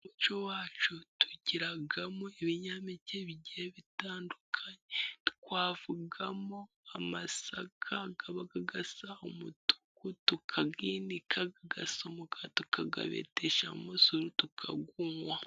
Mu muco wacu tugiragamo ibinyampeke bigiye bitandukanye twavugamo: amasaka asa umutuku tukayinika agasa umukara, tukagabeteshamo umusururu tukawunwa.